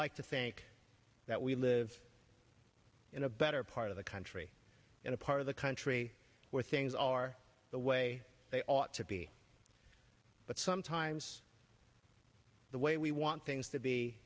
like to think that we live in a better part of the country in a part of the country where things are the way they ought to be but sometimes the way we want things to be